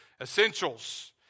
essentials